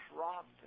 robbed